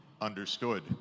understood